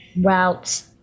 routes